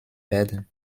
werden